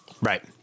Right